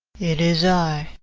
it is i,